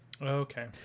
okay